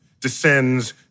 descends